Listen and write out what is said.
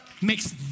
makes